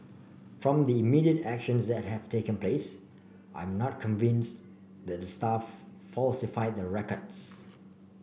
from the immediate actions that have taken place I am not convinced that the staff falsified the records